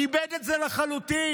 איבד את זה לחלוטין,